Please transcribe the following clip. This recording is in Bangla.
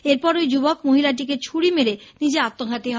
এরপর ওই যুবক মহিলাটিকে ছুরি মেরে নিজে আত্মঘাতী হয়